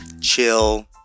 chill